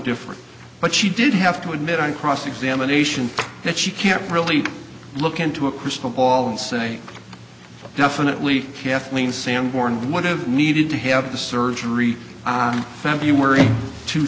difference but she did have to admit on cross examination that she can't really look into a crystal ball and say definitely kathleen sanborn whatever needed to have the surgery on february two